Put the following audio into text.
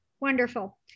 wonderful